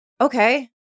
okay